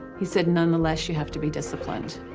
he said, nonetheless, you have to be disciplined.